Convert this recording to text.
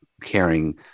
caring